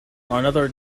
another